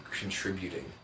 contributing